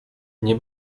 nie